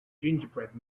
gingerbread